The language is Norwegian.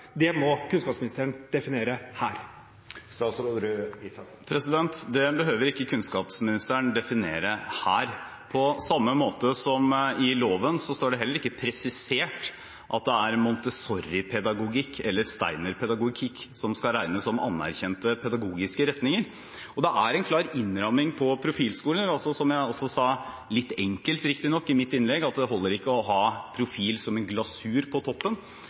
Det må kunnskapsministeren definere her. Det behøver ikke kunnskapsaministeren definere her, på samme måte som det i loven heller ikke står presisert at det er montessoripedagogikk eller steinerpedagogikk som skal regnes som anerkjente pedagogiske retninger. Det er en klar innramming på profilskoler. Som jeg også sa i mitt innlegg – litt enkelt, riktignok – holder det ikke å ha profil som en glasur på toppen.